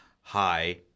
hi